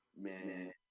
Man